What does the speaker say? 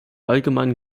allgemeinen